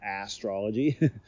Astrology